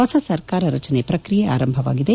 ಹೊಸ ಸರ್ಕಾರ ರಚನೆ ಪ್ರಕ್ರಿಯೆ ಆರಂಭವಾಗಿದೆ